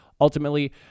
ultimately